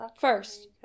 First